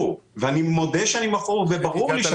ואני מודה שאני מכור וברור לי שאני מכור.